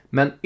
Men